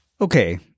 Okay